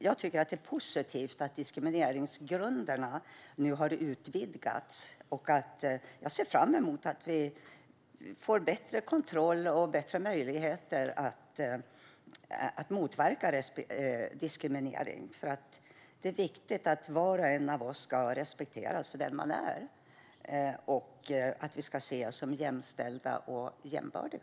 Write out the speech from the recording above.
Jag tycker att det är positivt att diskrimineringsgrunderna nu har utvidgats. Jag ser fram emot att vi får bättre kontroll och möjligheter att motverka diskriminering. Det är viktigt att var och en av oss ska respekteras för den man är och att vi ska se oss som jämställda och jämbördiga.